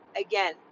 again